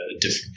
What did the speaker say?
different